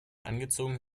angezogen